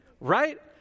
right